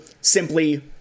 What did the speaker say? simply